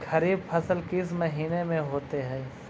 खरिफ फसल किस महीने में होते हैं?